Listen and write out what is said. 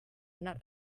not